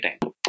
time